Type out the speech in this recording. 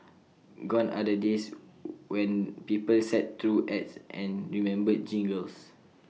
gone are the days when people sat through ads and remembered jingles